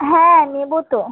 হ্যাঁ নেবো তো